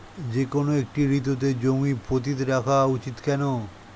যেকোনো একটি ঋতুতে জমি পতিত রাখা উচিৎ কেন?